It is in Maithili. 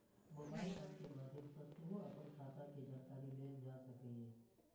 मोबाइल एप के माध्य सं सेहो अपन खाता के जानकारी लेल जा सकैए